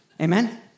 Amen